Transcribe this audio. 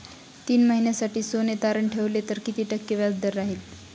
तीन महिन्यासाठी सोने तारण ठेवले तर किती टक्के व्याजदर राहिल?